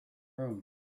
room